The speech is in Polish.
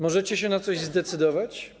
Możecie się na coś zdecydować?